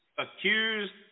Accused